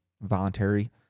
voluntary